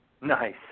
Nice